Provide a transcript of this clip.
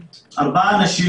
ארבעה אנשים,